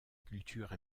culture